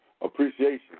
appreciation